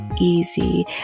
easy